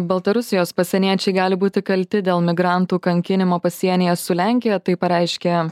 baltarusijos pasieniečiai gali būti kalti dėl migrantų kankinimo pasienyje su lenkija tai pareiškė